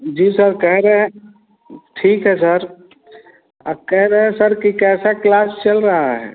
जी sir कह रहे हैं ठीक है सर कह रहे हैं कि कैसी क्लास चल रही है